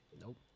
Nope